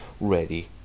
ready